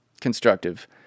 constructive